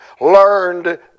learned